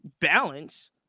balance –